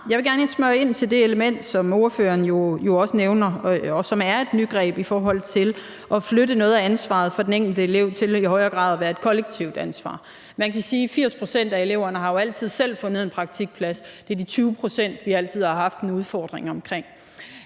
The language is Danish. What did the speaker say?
Jeg vil gerne lige spørge ind til det element, som ordføreren jo også nævner, og som er et nygreb i forhold til at flytte noget af ansvaret for den enkelte elev til i højere grad at være et kollektivt ansvar. Man kan sige, at 80 pct. af eleverne jo altid selv har fundet en praktikplads, og at det er de 20 pct., vi altid har haft en udfordring med.